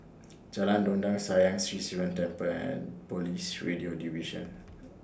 Jalan Dondang Sayang Sri Sivan Temple and Police Radio Division